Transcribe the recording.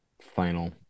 final